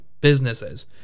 businesses